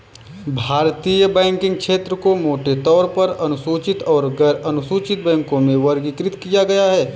भारतीय बैंकिंग क्षेत्र को मोटे तौर पर अनुसूचित और गैरअनुसूचित बैंकों में वर्गीकृत किया है